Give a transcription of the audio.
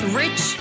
rich